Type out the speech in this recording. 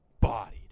bodied